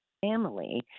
family